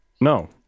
No